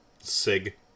Sig